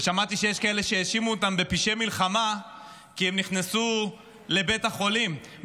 שמעתי שיש כאלה שהאשימו אותם בפשעי מלחמה כי הם נכנסו לבית החולים,